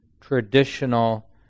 traditional